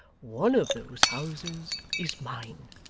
one of those houses is mine